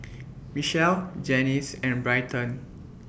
Michelle Janyce and Bryton